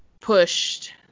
pushed